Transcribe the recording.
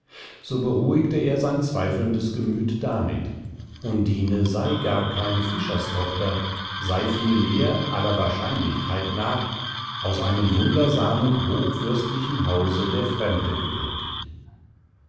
so beruhigte er sein zweifelndes gemüt damit undine sei gar keine fischerstochter sei vielmehr aller wahrscheinlichkeit nach aus einem wundersamen hochfürstlichen hause der fremde gebürtig